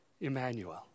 Emmanuel